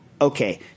Okay